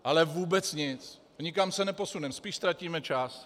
Ale vůbec nic, nikam se neposuneme, spíš ztratíme čas.